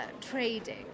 trading